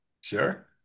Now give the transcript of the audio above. Sure